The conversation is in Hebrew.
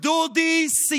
מה זה, אהבת האחים שלך נוטפת.